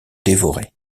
dévorer